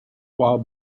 while